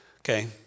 Okay